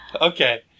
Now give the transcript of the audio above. Okay